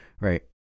right